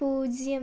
പൂജ്യം